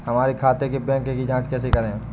हमारे खाते के बैंक की जाँच कैसे करें?